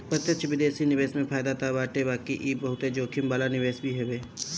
प्रत्यक्ष विदेशी निवेश में फायदा तअ बाटे बाकी इ बहुते जोखिम वाला निवेश भी हवे